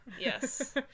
Yes